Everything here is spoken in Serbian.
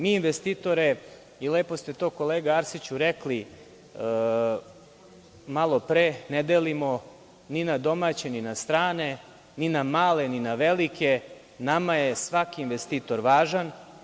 Mi investitore i lepo ste to, kolega Arsiću, rekli malopre, ne delimo ni na domaće ni na strane, ni na male ni na velike, nama je svaki investitor važan.